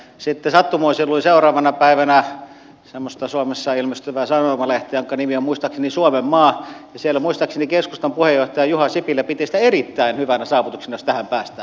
sitten sattumoisin luin seuraavana päivänä semmoista suomessa ilmestyvää sanomalehteä jonka nimi on muistaakseni suomenmaa ja siellä muistaakseni keskustan puheenjohtaja juha sipilä piti sitä erittäin hyvänä saavutuksena jos tähän päästään